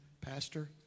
pastor